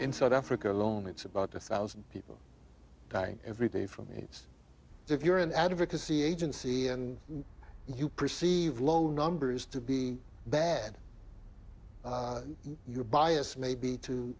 in south africa alone it's about a thousand people dying every day from aids if you're an advocacy agency and you perceive low numbers to be bad your bias may be to